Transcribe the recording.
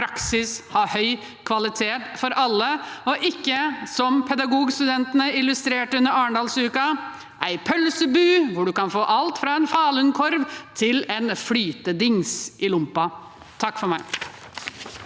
praksis ha høy kvalitet for alle – og ikke som Pedagogstudentene illustrerte det under Arendalsuka: en pølsebu hvor man kan få alt fra en falukorv til en flytedings i lompa. Guro Holm